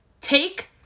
take